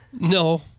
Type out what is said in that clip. No